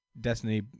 destiny